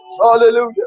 hallelujah